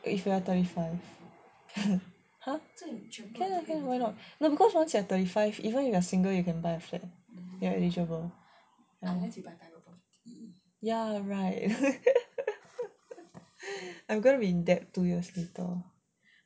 if we are thirty five can ah can ah why not because once you're thirty five even if you are single you can buy a flat you are eligible ya right I'm gonna be in debt two years later